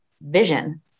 vision